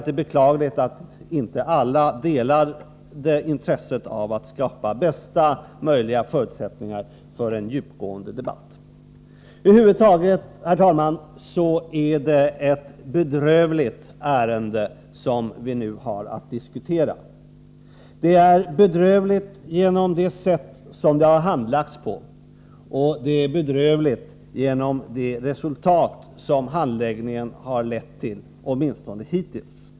Det är beklagligt att inte alla delar intresset för att skapa bästa möjliga förutsättningar för en djupgående debatt. Över huvud taget är det ett bedrövligt ärende, som vi nu har att diskutera. Det är bedrövligt genom det sätt varpå det har handlagts och genom det resultat som handläggningen har lett till, åtminstone hittills.